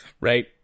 Right